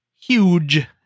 Huge